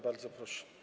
Bardzo proszę.